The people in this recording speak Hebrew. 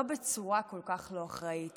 לא בצורה כל כך לא אחראית.